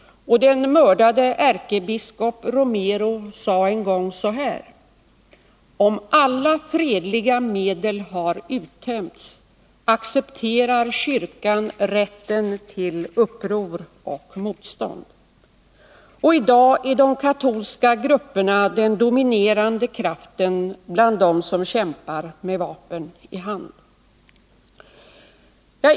Den mördade ärkebiskop Romero sade en gång: Om alla fredliga medel har uttömts, accepterar kyrkan rätten till uppror och motstånd. I dag är de katolska grupperna den dominerande kraften bland dem som kämpar med vapen i hand.